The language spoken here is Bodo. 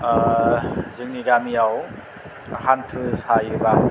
जोंनि गामियाव हान्थु सायोबा